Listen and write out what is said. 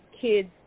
kids